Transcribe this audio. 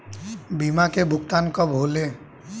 बीमा के भुगतान कब कब होले?